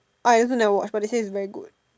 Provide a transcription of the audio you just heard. I also never watch but they say it's very good